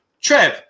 Trev